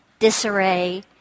disarray